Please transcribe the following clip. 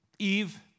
Eve